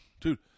dude